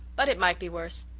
but it might be worse.